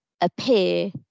appear